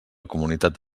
comunitat